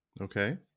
Okay